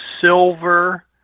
silver